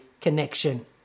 connection